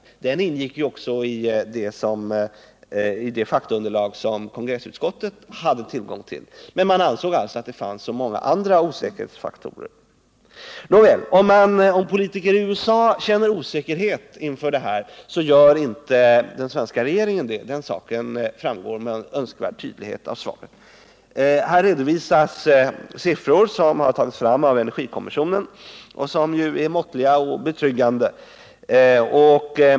Den studien ingick också i det faktaunderlag som kongressutskottet hade tillgång till. Men utskottet ansåg att det fanns många andra osäkerhetsfaktorer. Även om politiker i USA känner osäkerhet inför detta, så gör inte den svenska regeringen det. Det framgår med all önskvärd tydlighet av svaret. I svaret redovisas siffror, som har tagits fram av energikommissionen, som är måttliga och betryggande.